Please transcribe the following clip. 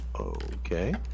Okay